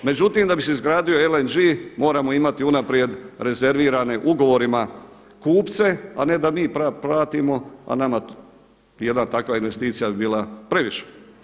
Međutim, da bi se izgradio LNG moramo imati unaprijed rezervirane ugovorima kupce, a ne da mi platimo, a nama jedna takva investicija bi bila previše.